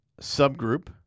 subgroup